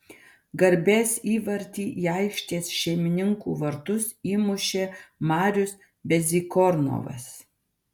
garbės įvartį į aikštės šeimininkų vartus įmušė marius bezykornovas